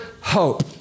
hope